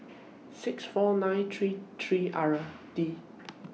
six four nine three three R D